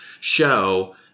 show